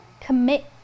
Commit